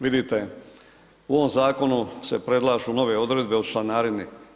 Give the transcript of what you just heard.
Vidite, u ovom zakonu se predlažu nove odredbe u članarini.